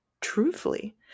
truthfully